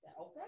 okay